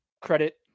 credit